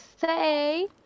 say